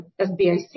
SBIC